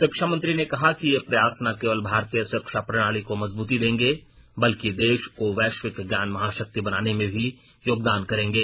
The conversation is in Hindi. शिक्षा मंत्री ने कहा कि ये प्रयास न केवल भारतीय शिक्षा प्रणाली को मजबूती देंगे बल्कि देश को वैश्विक ज्ञान महाशक्ति बनाने में भी योगदान करेंगे